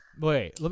Wait